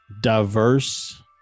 diverse